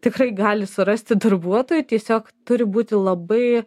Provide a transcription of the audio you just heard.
tikrai gali surasti darbuotojų tiesiog turi būti labai